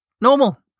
normal